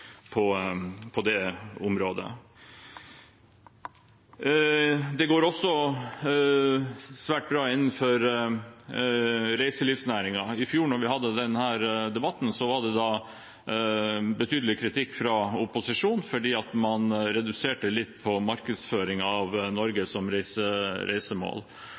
levere på det området. Det går også svært bra innenfor reiselivsnæringen. Da vi hadde denne debatten i fjor, var det betydelig kritikk fra opposisjonen fordi man reduserte litt på markedsføringen av Norge som reisemål,